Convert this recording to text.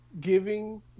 giving